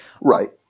Right